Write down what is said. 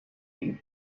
une